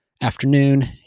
afternoon